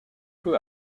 peu